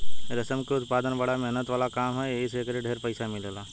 रेशम के उत्पदान बड़ा मेहनत वाला काम ह एही से एकर ढेरे पईसा मिलेला